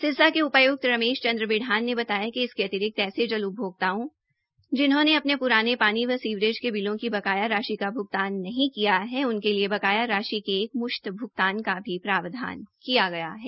सिरसा के उपायुक्त रमेश चंद्र बिढ़ान ने बताया कि इसके अतिरिक्त ऐसे जल उपभोक्ताओं जिन्होंने अपने पुराने पानी व सीवरेज के बिलों की बकाया राशि का भुगतान नहीं किया है उनके लिए बकाया राशि के एक मुश्त भुगतान का भी प्रावधान किया है